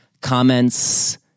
comments